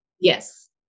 Yes